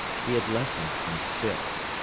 he had lessoned from spitz,